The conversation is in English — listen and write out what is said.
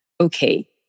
okay